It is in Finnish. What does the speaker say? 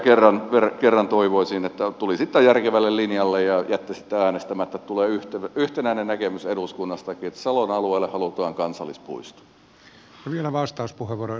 minä vielä kerran toivoisin että tulisitte järkevälle linjalle ja jättäisitte äänestämättä tulee yhtenäinen näkemys eduskunnastakin että salon alueelle halutaan kansallispuisto